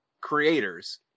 creators